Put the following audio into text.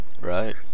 right